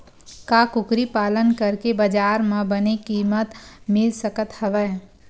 का कुकरी पालन करके बजार म बने किमत मिल सकत हवय?